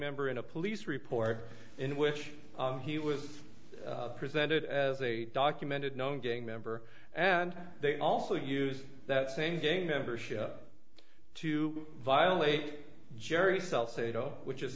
member in a police report in which he was presented as a documented known gang member and they also used that same game membership to violate jerry self sado which is